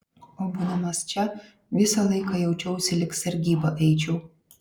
o būdamas čia visą laiką jaučiausi lyg sargybą eičiau